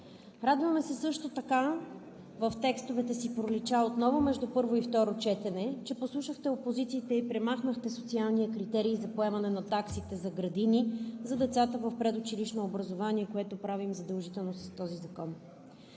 Радваме се също така, в текстовете отново си пролича между първо и второ четене, че послушахте опозицията и премахнахте социалния критерий за поемане на таксите за градини за децата в предучилищно образование, което правим задължително с този закон.